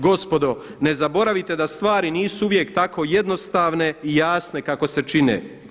Gospodo ne zaboravite da stvari nisu uvijek tako jednostavne i jasne kako se čine.